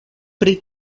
pri